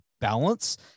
balance